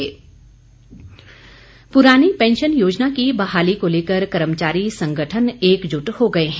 पुरानी पैंशन पुरानी पैंशन योजना की बहाली को लेकर कर्मचारी संगठन एकजुट हो गए हैं